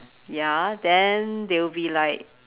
ya then they'll be like